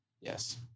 Yes